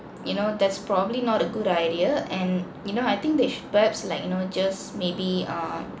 you know that's probably not a good idea and you know I think they sh~ perhaps like you know just maybe err